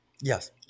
Yes